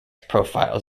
profiles